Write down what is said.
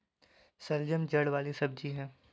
शलजम जड़ वाली सब्जी है